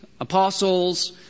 apostles